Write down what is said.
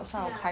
ya